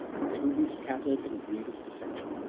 they will be scattered in grievous dissension.